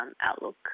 outlook